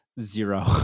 Zero